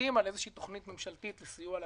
כשמחליטים על תוכנית ממשלתית וסיוע לעסקים,